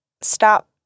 stop